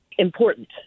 important